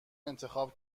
انتخاب